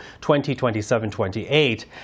2027-28